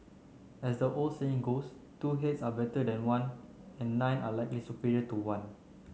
as the old saying goes two heads are better than one and nine are likely superior to one